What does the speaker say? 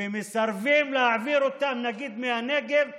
שמסרבים להעביר אותם מהנגב לגליל,